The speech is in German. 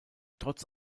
trotz